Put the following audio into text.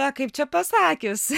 na kaip čia pasakius